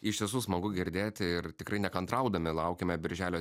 iš tiesų smagu girdėti ir tikrai nekantraudami laukiame birželio